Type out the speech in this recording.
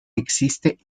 existe